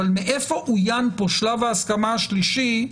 אבל מאיפה אוין פה שלב ההסכמה השלישי,